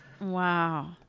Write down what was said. Wow